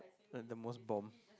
and the most bomb